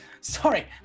sorry